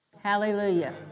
Hallelujah